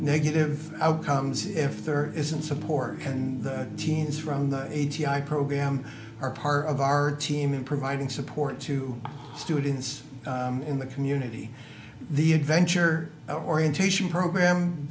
negative outcomes if there isn't support and teens from the a g i program are part of our team in providing support to students in the community the adventure orientation program